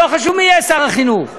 לא חשוב מי יהיה שר החינוך,